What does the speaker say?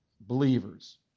believers